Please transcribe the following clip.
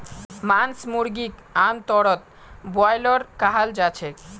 मांस मुर्गीक आमतौरत ब्रॉयलर कहाल जाछेक